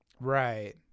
Right